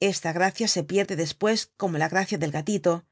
esta gracia se pierde despues como la gracia del gatito